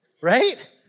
Right